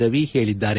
ರವಿ ಹೇಳಿದ್ದಾರೆ